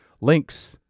links